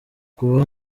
kuba